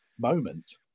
moment